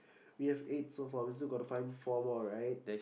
we have eight so far we still gotta find four more right